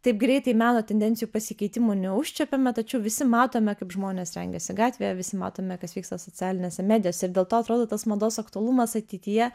taip greitai meno tendencijų pasikeitimų neužčiuopiame tačiau visi matome kaip žmonės rengiasi gatvėje visi matome kas vyksta socialinėse medijose ir dėl to atrodo tas mados aktualumas ateityje